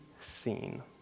seen